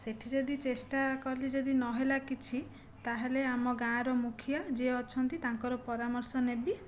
ସେଠି ଯଦି ଚେଷ୍ଟା କଲି ଯଦି ନ ହେଲା କିଛି ତାହେଲେ ଆମ ଗାଁର ମୁଖିଆ ଯିଏ ଅଛନ୍ତି ତାଙ୍କର ପରାମର୍ଶ ନେବି